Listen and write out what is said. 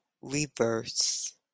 reverse